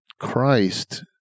Christ